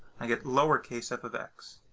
i get lower case, f of x.